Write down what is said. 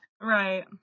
Right